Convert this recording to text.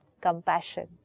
compassion